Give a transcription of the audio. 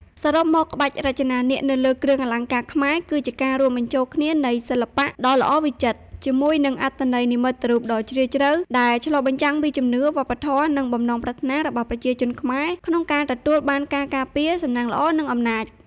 សរុបមក ក្បាច់រចនានាគនៅលើគ្រឿងអលង្ការខ្មែរ គឺជាការរួមបញ្ចូលគ្នានៃ សិល្បៈដ៏ល្អវិចិត្រ ជាមួយនឹង អត្ថន័យនិមិត្តរូបដ៏ជ្រាលជ្រៅ ដែលឆ្លុះបញ្ចាំងពីជំនឿ វប្បធម៌ និងបំណងប្រាថ្នារបស់ប្រជាជនខ្មែរក្នុងការទទួលបានការការពារ សំណាងល្អ និងអំណាច។